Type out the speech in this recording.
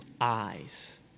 eyes